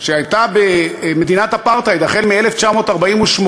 שהייתה מדינת אפרטהייד החל מ-1948,